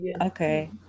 okay